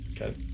Okay